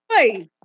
Nice